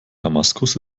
damaskus